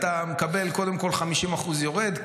קודם כול 50% יורד,